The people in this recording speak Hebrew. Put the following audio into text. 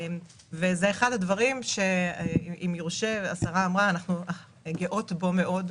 זה אחד הדברים שאנחנו גאות בו מאוד,